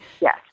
Yes